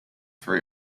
for